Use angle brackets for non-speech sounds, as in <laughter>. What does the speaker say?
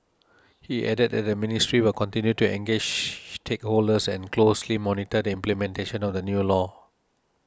he added that the ministry will continue to engage <noise> stakeholders and closely monitor the implementation of the new law